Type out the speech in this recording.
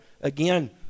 again